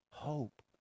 hope